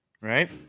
right